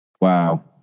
Wow